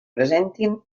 presentin